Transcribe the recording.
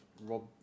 rob